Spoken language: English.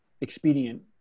expedient